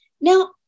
Now